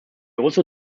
also